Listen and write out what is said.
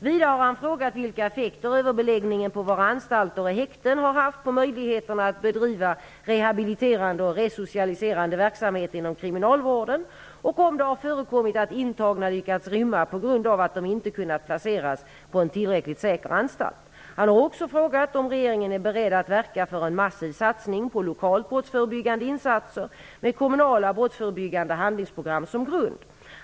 Vidare har han frågat vilka effekter överbeläggningen på våra anstalter och häkten har haft på möjligheterna att bedriva rehabiliterande och resocialiserande verksamhet inom kriminalvården och om det har förekommit att intagna lyckats rymma på grund av att de inte kunnat placeras på en tillräckligt säker anstalt. Han har också frågat om regeringen är beredd att verka för en massiv satsning på lokalt brottsförebyggande insatser med kommunala brottsförebyggande handlingsprogram som grund.